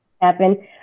happen